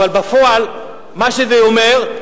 אבל בפועל מה שזה אומר,